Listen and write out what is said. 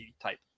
type